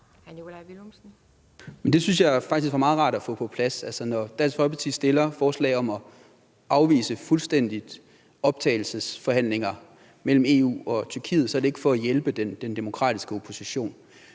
Det synes jeg faktisk var meget rart at få på plads. Altså, når Dansk Folkeparti fremsætter forslag om fuldstændigt at afvise optagelsesforhandlinger mellem EU og Tyrkiet, er det ikke for at hjælpe den demokratiske opposition.